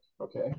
okay